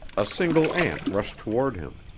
a single ant rushed toward him.